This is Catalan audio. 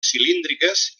cilíndriques